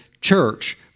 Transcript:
church